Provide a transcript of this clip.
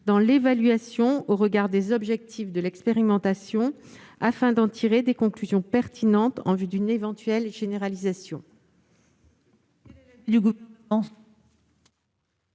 d'évaluation au regard des objectifs de l'expérimentation, afin d'en tirer des conclusions pertinentes en vue d'une éventuelle généralisation.